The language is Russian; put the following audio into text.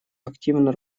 активно